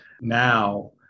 now